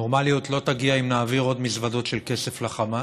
הנורמליות לא תגיע אם נעביר עוד מזוודות של כסף לחמאס.